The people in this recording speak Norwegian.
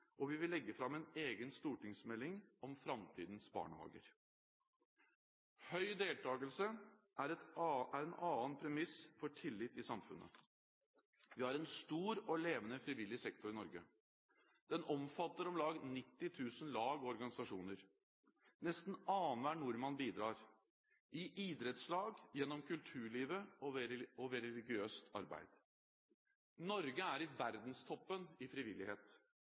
og vi vil legge fram en egen stortingsmelding om framtidens barnehage. Høy deltakelse er en annen premiss for tillit i samfunnet. Vi har en stor og levende frivillig sektor i Norge. Den omfatter om lag 90 000 lag og organisasjoner. Nesten annenhver nordmann bidrar – i idrettslag, gjennom kulturlivet og ved religiøst arbeid. Norge er i verdenstoppen i frivillighet.